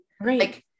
Right